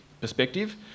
perspective